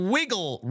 Wiggle